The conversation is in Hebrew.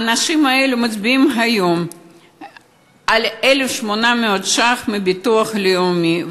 האנשים האלה מצביעים היום על 1,800 ש"ח מהביטוח הלאומי.